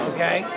Okay